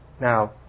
Now